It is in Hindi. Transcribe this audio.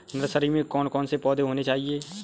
नर्सरी में कौन कौन से पौधे होने चाहिए?